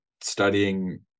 studying